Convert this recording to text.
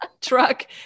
truck